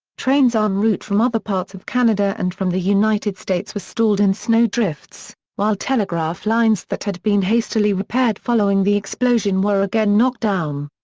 trains en um route from other parts of canada and from the united states were stalled in snowdrifts, while telegraph lines that had been hastily repaired following the explosion were again knocked down.